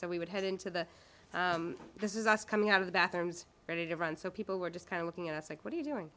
so we would head into the this is us coming out of the bathrooms ready to run so people were just kind of looking at us like what are you doing